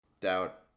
doubt